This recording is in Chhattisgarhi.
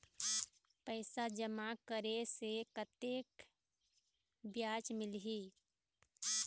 पैसा जमा करे से कतेक ब्याज मिलही?